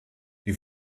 die